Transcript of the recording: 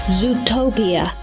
Zootopia